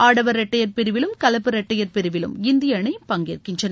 ஆடவர் இரட்டையர் பிரிவிலும் கலப்பு இரட்டையர் பிரிவிலும் இந்திய இணை பங்கேற்கின்றன